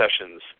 sessions